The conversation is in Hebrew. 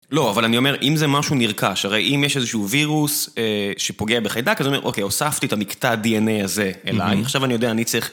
לא, אבל אני אומר, אם זה משהו נרקש, הרי אם יש איזשהו וירוס שפוגע בחיידק, אז אומרים, אוקיי, הוספתי את המקטע ה-DNA הזה אליי, עכשיו אני יודע, אני צריך...